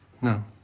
No